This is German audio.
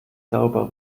sauber